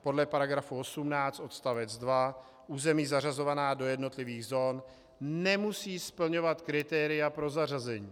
Podle § 18 odst. 2 území zařazovaná do jednotlivých zón nemusí splňovat kritéria pro zařazení.